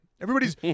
Everybody's